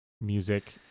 music